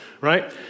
right